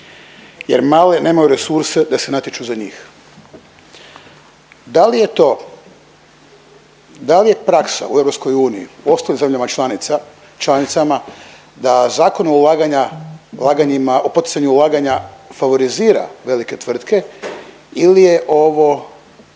jer male nemaju resurse da se natječu za njih. Da li je to, da li je praksa u EU i ostalim zemljama članicama da Zakon o ulaganjima o poticanju ulaganja favorizira velike tvrtke ili je ovo